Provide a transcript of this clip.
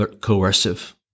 coercive